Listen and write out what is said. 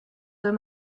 deux